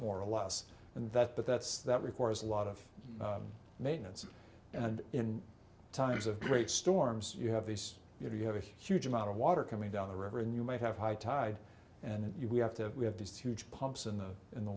more or less and that but that's that requires a lot of maintenance and in times of great storms you have these you have a huge amount of water coming down the river and you might have high tide and we have to have these huge pumps in the in the